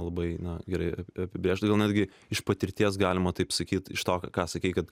labai na gerai apibrėžt gal netgi iš patirties galima taip sakyt iš to ką sakei kad